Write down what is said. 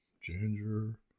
ginger